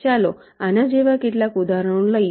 ચાલો આના જેવા કેટલાક ઉદાહરણો લઈએ